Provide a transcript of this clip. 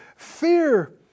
Fear